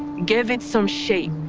gave it some shape.